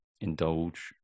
indulge